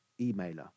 emailer